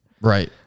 Right